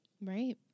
Right